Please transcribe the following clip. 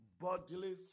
bodily